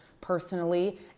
personally